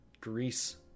Greece